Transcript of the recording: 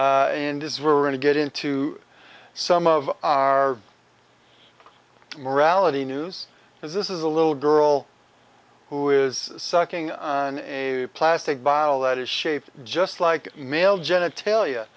and is were going to get into some of our morality news because this is a little girl who is sucking on a plastic bottle that is shaped just like male genitalia